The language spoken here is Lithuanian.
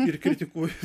ir kritikuoju